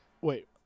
Wait